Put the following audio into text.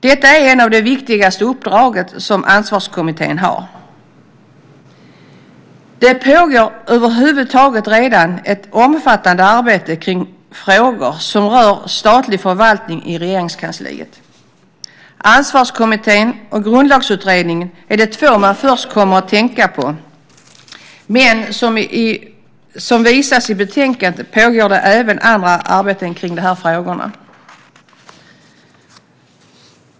Detta är ett av de viktigare uppdrag som Ansvarskommittén har. Det pågår över huvud taget redan ett omfattande arbete i Regeringskansliet kring frågor som rör statlig förvaltning. Ansvarskommittén och Grundlagsutredningen är de två man först kommer att tänka på, men som visas i betänkandet pågår det även andra arbeten kring de här frågorna.